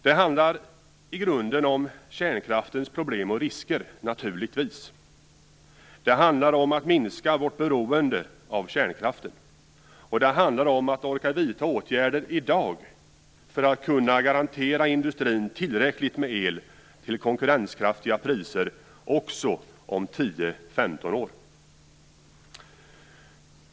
Det handlar naturligtvis i grunden om kärnkraftens problem och risker. Det handlar om att minska vårt beroende av kärnkraften. Det handlar om att orka vidta åtgärder i dag för att kunna garantera industrin tillräckligt med el till konkurrenskraftiga priser också om 10-15 år.